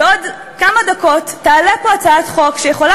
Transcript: בעוד כמה דקות תעלה פה הצעת חוק שיכולה